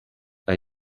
are